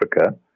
Africa